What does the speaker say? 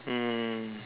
um